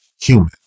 human